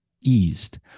eased